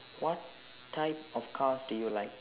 what type of cars do you like